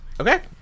Okay